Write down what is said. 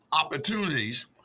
opportunities